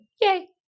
Yay